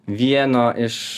vieno iš